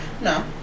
No